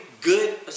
good –